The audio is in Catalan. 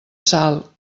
sal